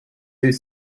ist